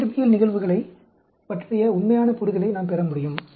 இயற்பியல் நிகழ்வுகளைப் பற்றிய உண்மையான புரிதலை நாம் பெற முடியும்